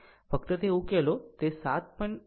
ફક્ત ઉકેલો તે 7